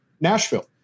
Nashville